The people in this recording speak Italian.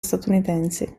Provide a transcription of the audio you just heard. statunitensi